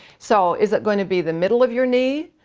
so is it going to be the middle of your knee,